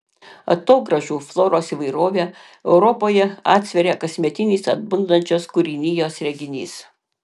atogrąžų floros įvairovę europoje atsveria kasmetinis atbundančios kūrinijos reginys